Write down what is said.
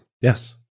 Yes